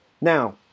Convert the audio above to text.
Now